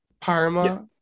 Parma